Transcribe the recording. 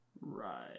Right